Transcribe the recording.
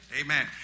Amen